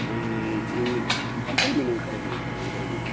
ம் எங்களுக்கு வஞ்சரம் மீன் கிடைக்குமா சார் வஞ்சரம் மீன்